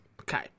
Okay